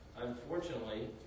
unfortunately